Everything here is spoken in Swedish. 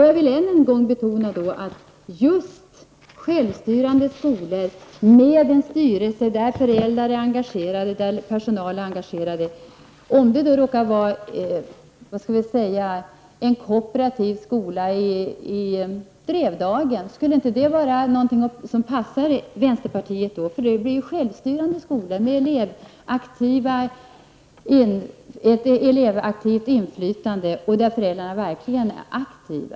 Jag vill än en gång betona att just självstyrande skolor, med en styrelse där föräldrar och personal är engagerade är något som är bra. Skulle t.ex. inte en kooperativ skola i Drevdagen vara något som passar vänsterpartiet? Det blir ju självstyrande skolor med ett aktivt elevinflytande och där även föräldrarna verkligen är aktiva.